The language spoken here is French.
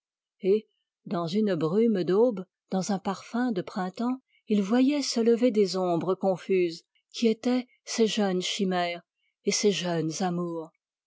et dans une brume d'aube dans un parfum de printemps il voyait se lever des ombres confuses qui étaient ses jeunes chimères et ses jeunes amours